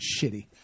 shitty